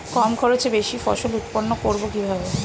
কম খরচে বেশি ফসল উৎপন্ন করব কিভাবে?